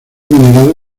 venerado